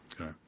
Okay